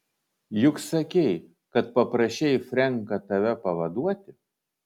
juk sakei kad paprašei frenką tave pavaduoti